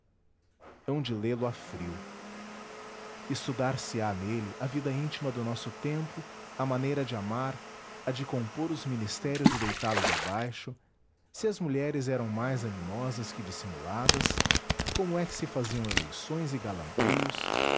anedótico hão de lê lo a frio estudar se á nele a vida íntima do nosso tempo a maneira de amar a de compor os ministérios e deitá los abaixo se as mulheres eram mais animosas que dissimuladas como é que se faziam eleições e galanteios